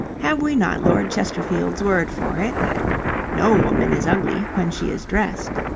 have we not lord chesterfield's word for it, that no woman is ugly when she is dressed?